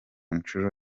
nshuro